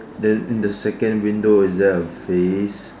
then in the second window is there a face